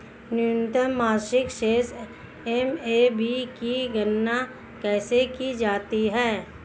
न्यूनतम मासिक शेष एम.ए.बी की गणना कैसे की जाती है?